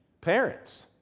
Parents